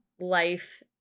life